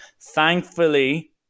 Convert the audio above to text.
Thankfully